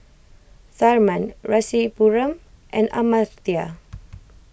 Tharman Rasipuram and Amartya